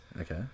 Okay